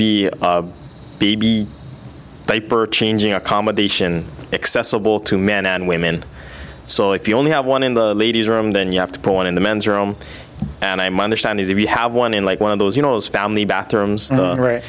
be baby paper changing accommodation accessible to men and women so if you only have one in the ladies room then you have to point in the men's room and i'm understanding that we have one in like one of those you know those family bathrooms